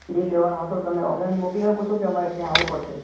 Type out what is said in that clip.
એ લેવાનો હતો તમે ઓનલાઈન મોકલી આપો છો કે અમારે ત્યાં આવવું પડશે